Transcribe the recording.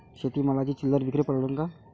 शेती मालाची चिल्लर विक्री परवडन का?